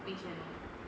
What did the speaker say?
in general